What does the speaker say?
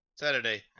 Saturday